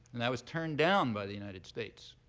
and that was turned down by the united states.